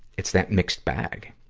it's that mixed bag.